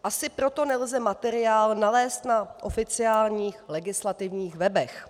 Asi proto nelze materiál nalézt na oficiálních legislativních webech.